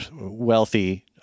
wealthy